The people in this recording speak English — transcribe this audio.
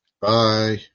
Bye